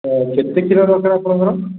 ଏ କେତେ କ୍ଷୀର ଦରକାର ଆପଣଙ୍କର